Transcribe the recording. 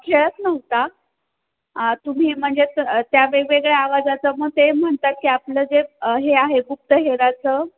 तुम्ही म्हणजे त्या वेगवेगळ्या आवाजाचं मं ते म्हणतात की आपलं जे हे आहे गुप्तहेराचं